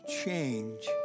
change